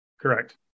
Correct